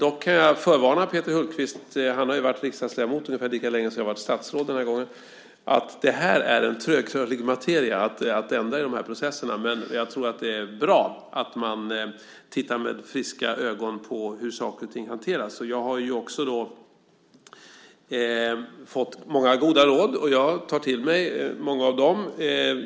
Dock kan jag förvarna Peter Hultqvist, han har ju varit riksdagsledamot ungefär lika länge som jag har varit statsråd den här gången, om att det är en trögrörlig materia att ändra i de här processerna. Men jag tror att det är bra att man tittar med friska ögon på hur saker och ting hanteras. Jag har ju också fått många goda råd, och jag tar till mig många av dem.